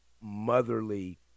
motherly